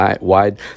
wide